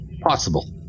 possible